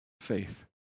faith